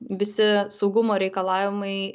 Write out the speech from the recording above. visi saugumo reikalavimai